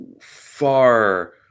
far